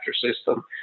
system